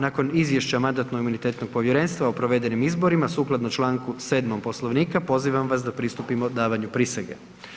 Nakon izvješća Mandatno-imunitetnog povjerenstva o provedenim izborima, sukladno čl. 7. Poslovnika, pozivam vas da pristupimo davanju prisege.